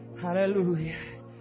Hallelujah